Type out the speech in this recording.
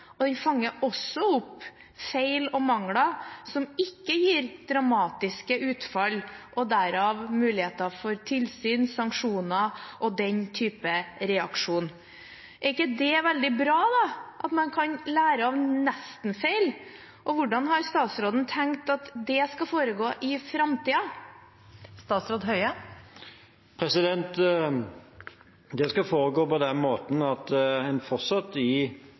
og den fanger også opp feil og mangler som ikke gir dramatiske utfall, og derav muligheter for tilsyn, sanksjoner og den typen reaksjon. Men er det ikke veldig bra at man kan lære av nestenfeil? Og hvordan har statsråden tenkt at det skal foregå i framtiden? Det skal foregå på den måten at virksomhetene fortsatt